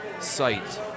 Site